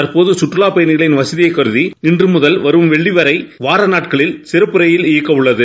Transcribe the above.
தற்போதுசுற்றலாப்பயணிகள்வசதியைகருதி இன்றுமுகல் வரும்வெள்ளிவரைவாரநாட்களில்சிறப்புரயில்இ யக்கவுள்ளது